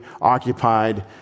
occupied